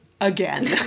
Again